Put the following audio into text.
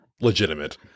legitimate